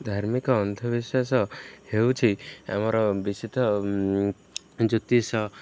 ଧାର୍ମିକ ଅନ୍ଧବିଶ୍ୱାସ ହେଉଛି ଆମର ବିଶିଧ ଜ୍ୟୋତିଷ